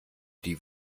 die